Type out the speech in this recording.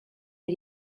nei